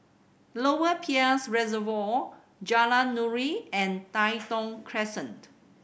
Lower Peirce Reservoir Jalan Nuri and Tai Thong Crescent